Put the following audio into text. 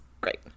great